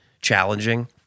challenging